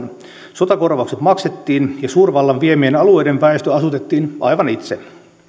sotakorvaukset maksettiin ja suurvallan viemien alueiden väestö asutettiin aivan itse